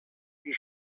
wie